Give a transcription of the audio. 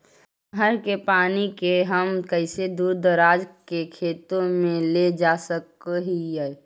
नहर के पानी के हम कैसे दुर दराज के खेतों में ले जा सक हिय?